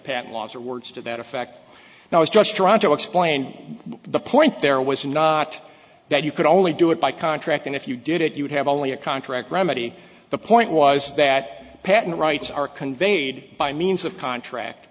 patent laws or words to that effect now i was just trying to explain the point there was not that you could only do it by contract and if you did it you would have only a contract remedy the point was that patent rights are conveyed by means of contract